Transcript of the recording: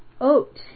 Oat